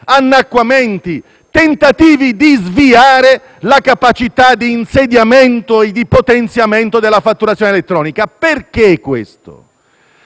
annacquamenti e tentativi di sviare la capacità di insediamento e potenziamento della fatturazione elettronica. Questo